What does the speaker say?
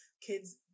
Kids